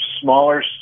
smaller